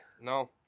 No